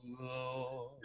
Lord